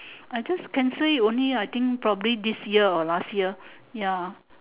I just cancelled it only I think probably this year or last year ya